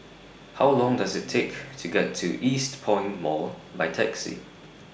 How Long Does IT Take to get to Eastpoint Mall By Taxi